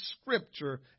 scripture